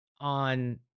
on